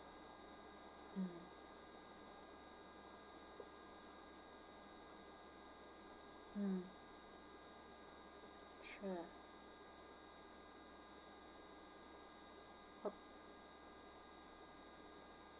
mm mm sure